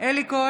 אלי כהן,